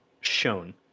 shown